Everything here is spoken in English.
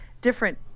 different